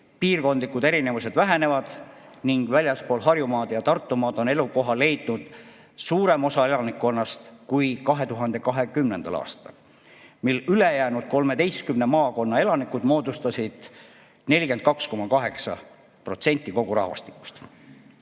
piirkondlikud erinevused vähenevad ning väljaspool Harjumaad ja Tartumaad on elukoha leidnud suurem osa elanikkonnast kui 2020. aastal, mil ülejäänud 13 maakonna elanikud moodustasid 42,8% kogu rahvastikust.